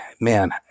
Man